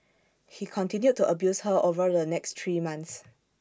he continued to abuse her over the next three months